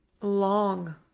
long